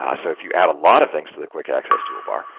um so, if you add a lot of things to the quick access toolbar,